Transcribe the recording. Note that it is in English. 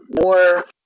More